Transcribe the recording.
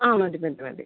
ആ മതി മതി മതി